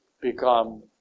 become